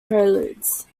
preludes